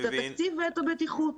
את התקציב ואת הבטיחות.